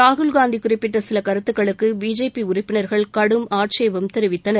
ராகுல்காந்தி குறிப்பிட்ட சில கருத்துக்களுக்கு பிஜேபி உறுப்பினர்கள் கடும் ஆட்சேபம் தெரிவித்தனர்